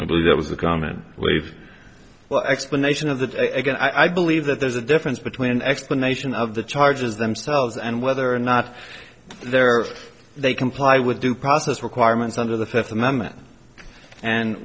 i believe it was the common leave well explanation of that i believe that there's a difference between explanation of the charges themselves and whether or not there if they comply with due process requirements under the fifth amendment and